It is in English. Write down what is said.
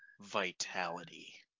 vitality